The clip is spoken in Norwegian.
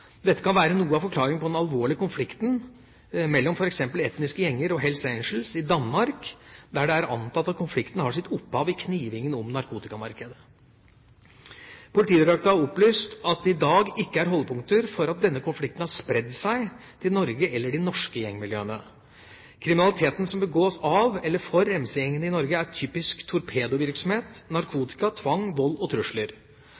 Dette kan være noe av forklaringen på den alvorlige konflikten mellom f.eks. etniske gjenger og Hells Angels i Danmark, der det er antatt at konflikten har sitt opphav i knivingen om narkotikamarkedet. Politidirektoratet har opplyst at det i dag ikke er holdepunkter for at denne konflikten har spredd seg til Norge eller til de norske gjengmiljøene. Kriminaliteten som begås av eller for MC-gjengene i Norge, er typisk torpedovirksomhet